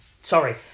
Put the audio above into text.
Sorry